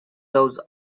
those